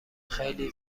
خیلی